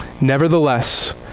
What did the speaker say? Nevertheless